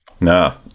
No